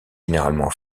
généralement